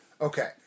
Okay